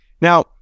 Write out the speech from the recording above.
Now